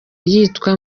yitwa